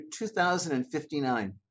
2059